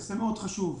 זה נושא מאוד חשוב.